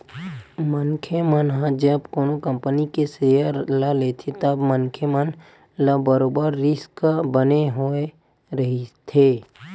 मनखे मन ह जब कोनो कंपनी के सेयर ल लेथे तब मनखे मन ल बरोबर रिस्क बने होय रहिथे